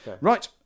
Right